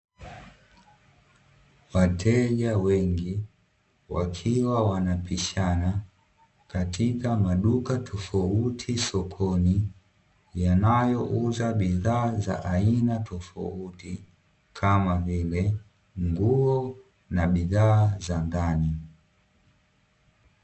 Wateja wengi wakiwa wanapishana katika maduka tofauti sokoni, yanayouza bidhaa za aina tofauti kama vile; nguo na bidhaa za ndani.